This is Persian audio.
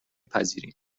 پذیریم